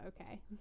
Okay